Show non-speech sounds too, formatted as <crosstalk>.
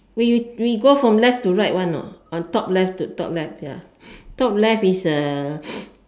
we we go from left to right one know on top left to top left ya top left is uh <noise>